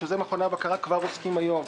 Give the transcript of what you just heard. שבזה מכוני הבקרה כבר עוסקים היום,